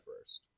first